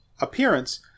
appearance